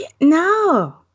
No